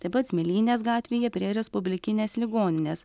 taip pat smėlynės gatvėje prie respublikinės ligoninės